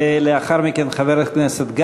חבר הכנסת איציק שמולי.